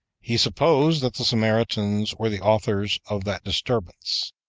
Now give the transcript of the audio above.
he supposed that the samaritans were the authors of that disturbance.